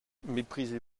méprisez